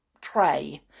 tray